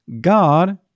God